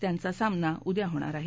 त्यांचा सामना उदया होणार आहे